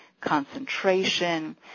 concentration